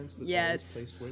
Yes